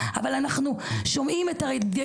לאפשר להם את הרכש.